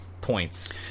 points